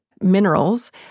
minerals